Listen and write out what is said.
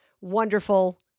wonderful